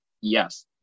Yes